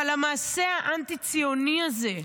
אבל המעשה האנטי-ציוני הזה,